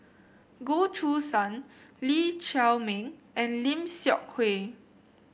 Goh Choo San Lee Chiaw Meng and Lim Seok Hui